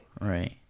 Right